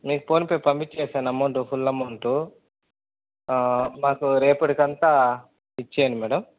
మీకు ఫోన్పే పంపించేసాను amount full amount మాకు రేపటికంతా ఇచ్చేయండి మేడం